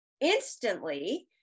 Instantly